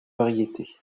variétés